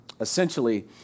essentially